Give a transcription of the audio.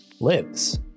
lives